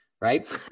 right